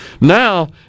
Now